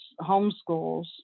homeschools